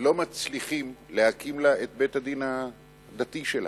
לא מצליחים להקים לה את בית-הדין הדתי שלה.